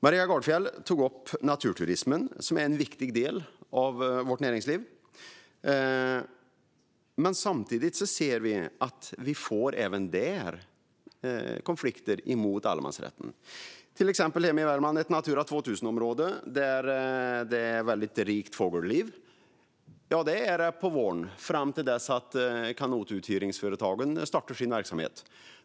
Maria Gardfjell tog upp naturturismen, som är en viktig del av vårt näringsliv. Men även där får vi konflikter med allemansrätten. Till exempel finns hemma i Värmland ett Natura 2000-område med ett väldigt rikt fågelliv. Ja, så är det på våren, fram till dess att kanotuthyrningsföretagen startar sin verksamhet.